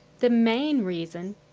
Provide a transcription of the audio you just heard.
the main reason